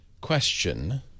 question